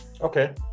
Okay